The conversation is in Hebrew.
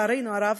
לצערנו הרב,